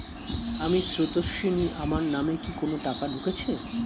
আমি স্রোতস্বিনী, আমার নামে কি কোনো টাকা ঢুকেছে?